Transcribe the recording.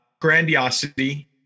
grandiosity